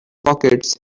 pockets